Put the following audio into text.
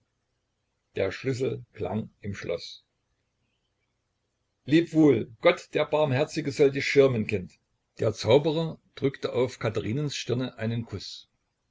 der schlüssel klang im schloß leb wohl gott der barmherzige soll dich schirmen kind der zauberer drückte auf katherinens stirne einen kuß